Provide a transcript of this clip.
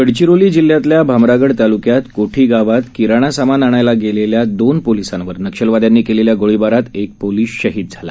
गडचिरोली जिल्ह्यातल्या भामरागड तालुक्यात कोठी गावात किराणा सामान आणायला गेलेल्या दोन पोलिसांवर नक्षलवाद्यांनी केलेल्या गोळीबारात एक पोलिस शहीद झाला